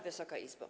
Wysoka Izbo!